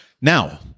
Now